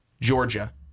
Georgia